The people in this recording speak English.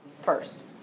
first